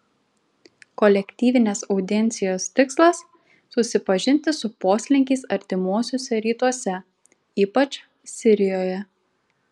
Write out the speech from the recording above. kolektyvinės audiencijos tikslas susipažinti su poslinkiais artimuosiuose rytuose ypač sirijoje